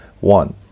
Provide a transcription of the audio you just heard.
One